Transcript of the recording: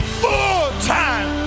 full-time